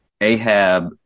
Ahab